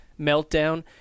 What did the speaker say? meltdown